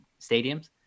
stadiums